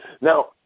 Now